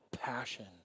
passion